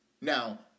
Now